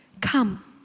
come